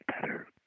better